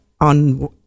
on